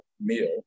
meal